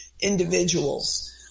individuals